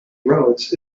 roads